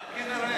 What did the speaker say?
מה כנראה?